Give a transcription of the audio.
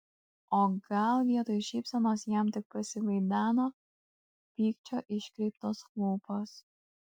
o gal vietoj šypsenos jam tik pasivaideno pykčio iškreiptos lūpos